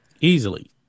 easily